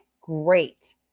Great